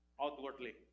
outwardly